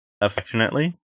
Affectionately